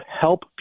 help